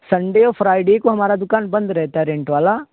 Sunday اور Friday کو ہمارا دکان بند رہتا ہے رینٹ والا